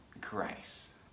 grace